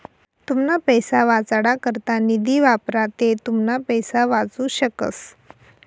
तुमना पैसा वाचाडा करता निधी वापरा ते तुमना पैसा वाचू शकस